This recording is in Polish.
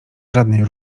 żadnej